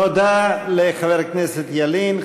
תודה לחבר הכנסת ילין.